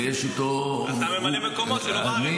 ויש איתו --- אתה ממלא את מקומו כשהוא לא בארץ.